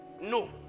no